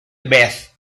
beth